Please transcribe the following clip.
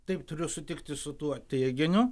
taip turiu sutikti su tuo teiginiu